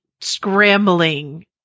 scrambling